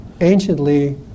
anciently